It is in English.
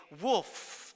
wolf